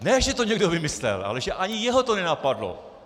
Ne že to někdo vymyslel, ale že ani jeho to nenapadlo.